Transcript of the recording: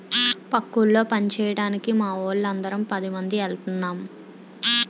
పక్క ఊళ్ళో పంచేయడానికి మావోళ్ళు అందరం పదిమంది ఎల్తన్నం